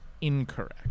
incorrect